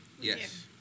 Yes